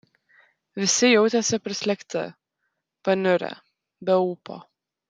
visi jautėsi prislėgti paniurę be ūpo